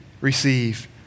receive